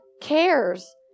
cares